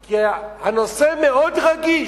כי הנושא מאוד רגיש.